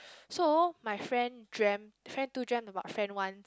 so my friend dreamt friend two dreamt about friend one